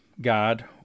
God